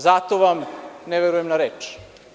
Zato vam ne verujem na reč.